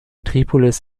tripolis